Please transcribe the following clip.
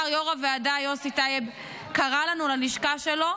יו"ר הוועדה יוסי טייב קרא לנו ללשכה שלו,